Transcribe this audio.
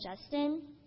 Justin